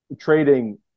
trading